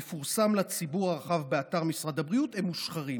המפורסם לציבור הרחב באתר משרד הבריאות הם מושחרים.